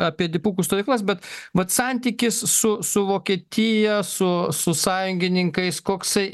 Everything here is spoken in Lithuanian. apie dipukų stovyklas bet vat santykis su su vokietija su sąjungininkais koksai